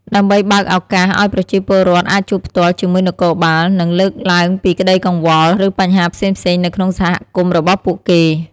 ដើម្បីបើកឱកាសឲ្យប្រជាពលរដ្ឋអាចជួបផ្ទាល់ជាមួយនគរបាល និងលើកឡើងពីក្ដីកង្វល់ ឬបញ្ហាផ្សេងៗនៅក្នុងសហគមន៍របស់ពួកគេ។